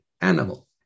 animal